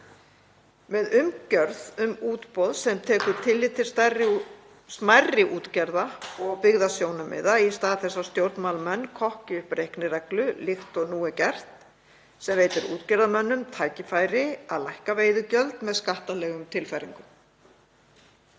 með umgjörð um útboð sem tekur tillit til smærri útgerða og byggðasjónarmiða í stað þess að stjórnmálamenn kokki upp reiknireglu líkt og nú er gert sem veitir útgerðarmönnum tækifæri til að lækka veiðigjöld með skattalegum tilfæringum.